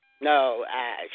no